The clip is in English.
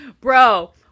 Bro